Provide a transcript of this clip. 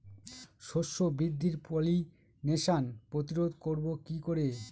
শস্য বৃদ্ধির পলিনেশান প্রতিরোধ করব কি করে?